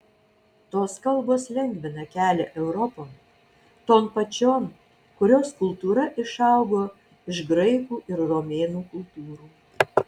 tos kalbos lengvina kelią europon ton pačion kurios kultūra išaugo iš graikų ir romėnų kultūrų